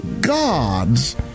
gods